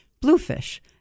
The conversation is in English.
Bluefish